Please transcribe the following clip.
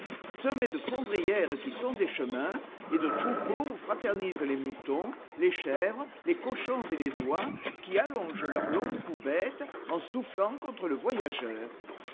semées de fondrières qui sont des chemins et de troupeaux où fraternisent les moutons les chèvres les cochons et les oies qui allongent leur long cou bête en soufflant contre le voyageur